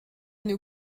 une